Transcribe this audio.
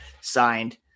signed